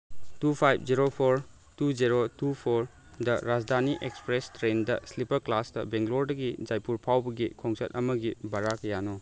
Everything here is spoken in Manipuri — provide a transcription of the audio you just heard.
two five zero four two zero two ꯐꯣꯔꯗ ꯔꯥꯖꯙꯥꯅꯤ ꯑꯦꯛꯁꯄ꯭ꯔꯦꯁ ꯇ꯭ꯔꯦꯟꯗ ꯏꯁꯂꯤꯄꯔ ꯀ꯭ꯂꯥꯁꯇ ꯕꯦꯡꯒ꯭ꯂꯣꯔꯗꯒꯤ ꯖꯥꯏꯄꯨꯔ ꯐꯥꯎꯕꯒꯤ ꯈꯣꯡꯆꯠ ꯑꯃꯒꯤ ꯚꯔꯥ ꯀꯌꯥꯅꯣ